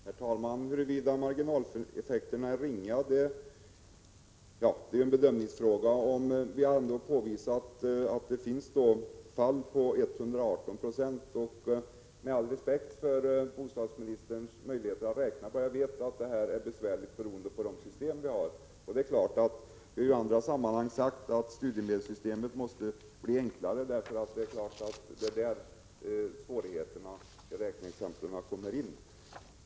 Herr talman! Huruvida marginaleffekterna är ringa är en bedömningsfråga. Vi har ändå påvisat att det förekommer fall där det rör sig om 118 20. Med all respekt för bostadsministerns förmåga att räkna — jag vet att det här är besvärligt beroende på de system vi har — vill jag påminna om att det i andra sammanhang har sagts att studiemedelssystemet måste bli enklare. Det är där svårigheterna i räkneexemplen kommer in.